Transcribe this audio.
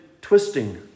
twisting